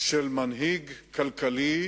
של מנהיג כלכלי